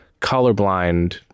colorblind